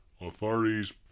Authorities